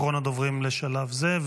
אחרון הדוברים לשלב זה.